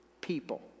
people